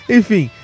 Enfim